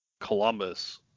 Columbus